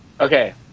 okay